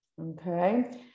okay